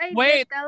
wait